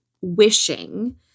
wishing